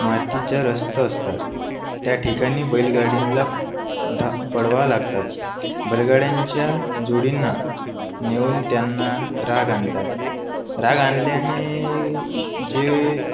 मातीच्या रस्ते असतात त्या ठिकाणी बैलगाडीला धा पळवा लागतात बैलगाड्यांच्या जोडींना नेऊन त्यांना राग आणतात राग आणल्याने जे